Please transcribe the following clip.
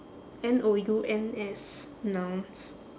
N O U N S nouns